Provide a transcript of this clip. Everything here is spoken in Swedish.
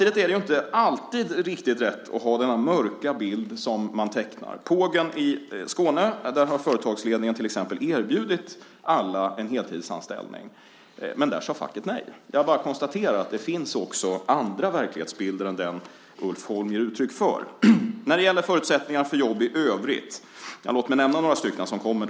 Den mörka bild som man tecknar är inte alltid rätt. På Pågen i Skåne till exempel har företagsledningen erbjudit alla en heltidsanställning, men där sade facket nej. Jag bara konstaterar att det också finns andra verklighetsbilder än den som Ulf Holm ger uttryck för. När det gäller förutsättningar för jobb i övrigt ska jag nämna några som kommer.